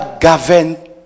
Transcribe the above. govern